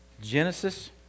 Genesis